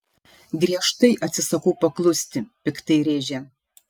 griežtai atsisakau paklusti piktai rėžia